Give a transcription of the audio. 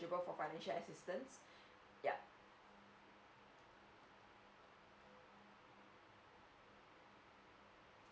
for financial assistance yup